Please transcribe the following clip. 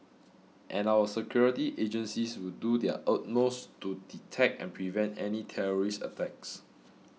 and our security agencies will do their utmost to detect and prevent any terrorist attacks